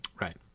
right